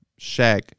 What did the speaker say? Shaq